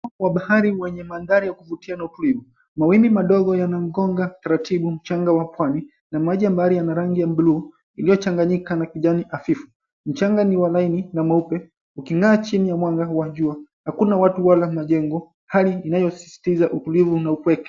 Wa bahari wenye manthari ya kuvutia na utulivu, mawimbi madogo yanagonga taratibu mchanga wa pwani. Maji ya bahari yana rangi ya buluu iliyochanganyika na kijani hafifu, huku mchanga laini na mweupe uking’aa chini ya mwanga wa jua. Hakuna watu wala majengo, hali inayosisitiza utulivu na upweke wa eneo hilo.